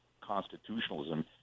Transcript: constitutionalism